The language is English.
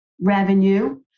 revenue